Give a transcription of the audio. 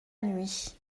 nuit